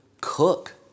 cook